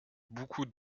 beaucoup